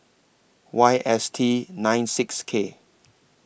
Y S T nine six K